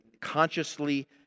consciously